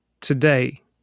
Today